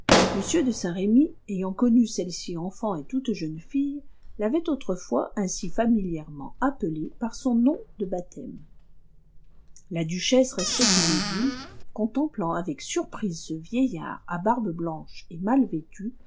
m de saint-remy ayant connu celle-ci enfant et toute jeune fille l'avait autrefois ainsi familièrement appelée par son nom de baptême la duchesse restait immobile contemplant avec surprise ce vieillard à barbe blanche et mal vêtu